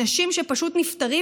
אנשים שפשוט נפטרים,